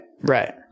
right